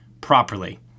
properly